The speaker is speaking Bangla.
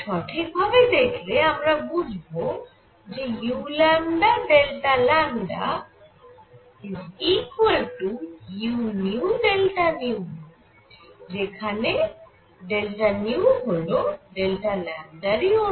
সঠিক ভাবে দেখলে আমরা বুঝব যে uλu যেখানে হল র ই অনুরূপ